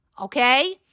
Okay